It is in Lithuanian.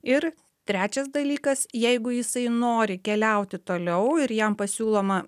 ir trečias dalykas jeigu jisai nori keliauti toliau ir jam pasiūloma